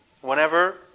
Whenever